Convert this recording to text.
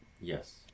yes